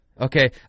Okay